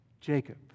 Jacob